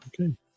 Okay